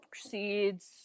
proceeds